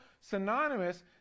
synonymous